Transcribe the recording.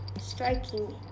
striking